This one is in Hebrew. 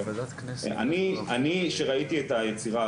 אני שראיתי את היצירה,